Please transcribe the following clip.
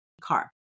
car